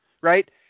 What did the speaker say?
right